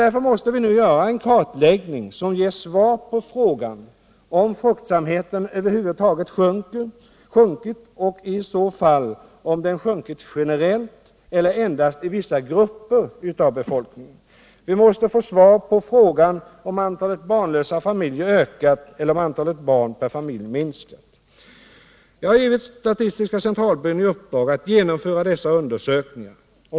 Vi måste därför göra en kartläggning, som ger svar på frågan om fruktsamheten över huvud taget sjunkit och i så fall om den sjunkit generellt eller endast i vissa grupper av befolkningen. Vi måste få svar på frågan om antalet barnlösa familjer ökat eller om antalet barn per familj minskat. Jag har givit statistiska centralbyrån i uppdrag att genomföra denna undersökning.